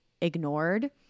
ignored